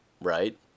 right